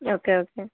okay okay